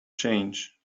change